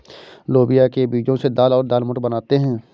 लोबिया के बीजो से दाल और दालमोट बनाते है